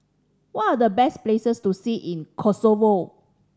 what are the best places to see in Kosovo